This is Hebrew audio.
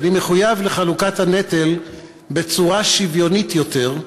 "אני מחויב לחלוקת הנטל בצורה שוויונית יותר,